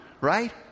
right